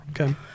Okay